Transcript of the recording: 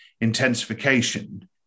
intensification